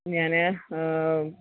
ഞാന്